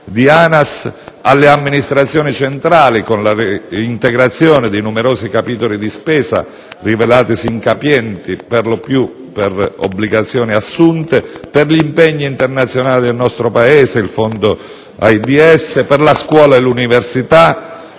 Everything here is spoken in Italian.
dell'ANAS), le amministrazioni centrali (con l'integrazione di numerosi capitoli di spesa rivelatisi incapienti, per lo più per obbligazioni assunte), gli impegni internazionali del nostro Paese (il fondo AIDS), la scuola e l'università,